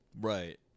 Right